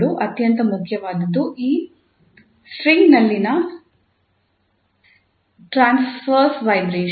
ಅತ್ಯಂತ ಮುಖ್ಯವಾದುದು ಈ ಸ್ಟ್ರಿಂಗ್ನಲ್ಲಿನ ಟ್ರಾನ್ಸ್ವೇರ್ಸ್ ವೈಬ್ರೇಷನ್